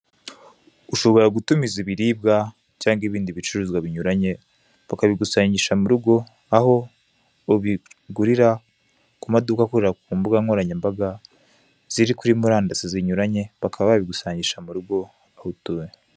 Ushobora gutumiza ibiribwa cyangwa ibindi bicuruzwa binyuranye, bakabigusangisha mu rugo, aho ubigurira ku maduka akorera ku mbuga nkoranyambaga ziri kuri murandasi zinyuranye, bakaba babigusangisha mu rugo aho utuye.